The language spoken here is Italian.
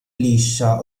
liscia